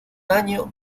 año